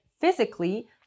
physically